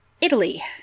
Italy